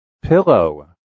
Pillow